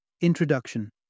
Introduction